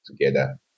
together